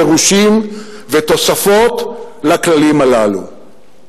פירושים ותוספות לכללים הללו.